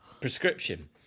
prescription